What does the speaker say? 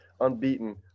unbeaten